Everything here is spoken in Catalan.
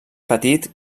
petit